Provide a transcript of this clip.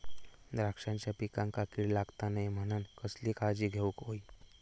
द्राक्षांच्या पिकांक कीड लागता नये म्हणान कसली काळजी घेऊक होई?